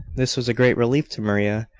this was a great relief to maria,